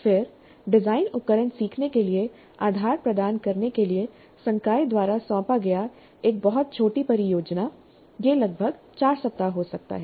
फिर डिजाइन उपकरण सीखने के लिए आधार प्रदान करने के लिए संकाय द्वारा सौंपा गया एक बहुत छोटी परियोजना यह लगभग 4 सप्ताह हो सकता है